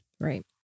Right